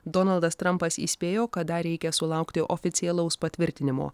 donaldas trampas įspėjo kad dar reikia sulaukti oficialaus patvirtinimo